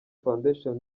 foundation